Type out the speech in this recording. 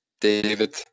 David